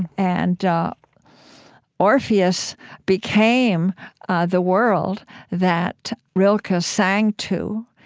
and ah orpheus became the world that rilke ah sang to,